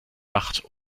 macht